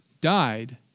Died